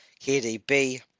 KDB